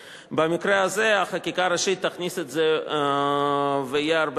ובמקרה הזה החקיקה הראשית תכניס את זה ויהיה הרבה